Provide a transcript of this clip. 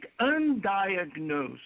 undiagnosed